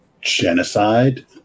genocide